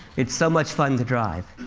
it's so much fun to drive.